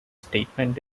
statement